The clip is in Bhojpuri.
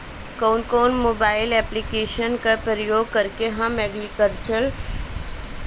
कउन कउन मोबाइल ऐप्लिकेशन का प्रयोग करके हम एग्रीकल्चर के चिज खरीद सकिला?